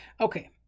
Okay